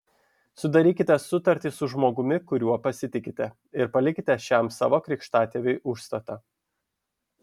sudarykite sutartį su žmogumi kuriuo pasitikite ir palikite šiam savo krikštatėviui užstatą